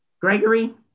Gregory